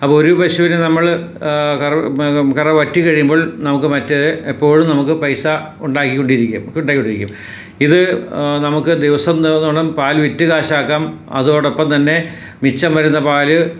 അപ്പോൾ ഒരു പശുവിന് നമ്മൾ കറവ വറ്റി കഴിയുമ്പോൾ നമുക്ക് മറ്റെ എപ്പോഴും നമുക്ക് പൈസ ഉണ്ടാക്കി കൊണ്ടിരിക്കാം നമുക്ക് ഉണ്ടാക്കി കൊണ്ടിരിക്കും ഇത് നമുക്ക് ദിവസം എന്നോണം പാൽ വിറ്റ് കാശാക്കാം അതോടൊപ്പം തന്നെ മിച്ചം വരുന്ന പാൽ